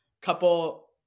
couple